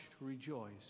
rejoice